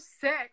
sick